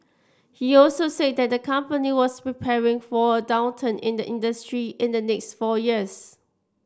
he also said that the company was preparing for a downturn in the industry in the next four years